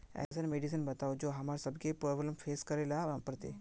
ऐसन मेडिसिन बताओ जो हम्मर सबके प्रॉब्लम फेस करे ला ना पड़ते?